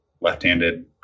left-handed